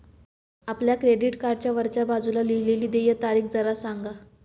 आपल्या क्रेडिट कार्डच्या वरच्या बाजूला लिहिलेली देय तारीख जरा सांगा